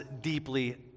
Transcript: deeply